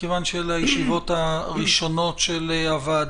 מכיוון שאלה הישיבות הראשונות של הוועדה,